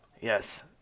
Yes